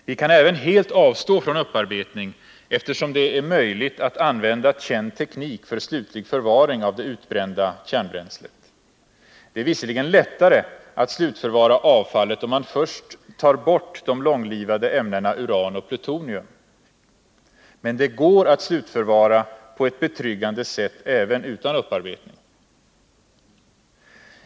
Vi kan även helt avstå från upparbetning, eftersom det är möjligt att använda känd teknik för slutlig förvaring av det utbrända kärnbränslet. Det är visserligen lättare att slutförvara avfallet om man först tar bort de långlivade ämnena uran och plutonium, men det går att slutförvara på ett betryggande sätt även utan upparbetning.